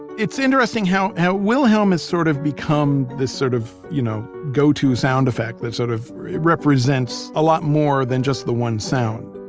it's interesting how how wilhelm has sort of become this sort of, you know, go to sound effect that sort of represents a lot more than just the one sound.